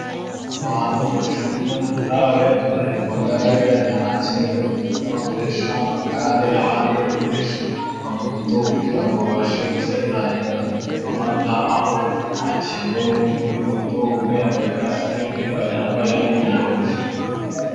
Abantu bacunda amata bayatwaye ku magare, bayajyana ahakenewe, bakoresha amagare, abandi bakoresha amamoto, kugira ngo babashe gutanga amata aho akenewe, kuri moto umwe yambaye kasike undi ntayo yambaye n'umunyonzi.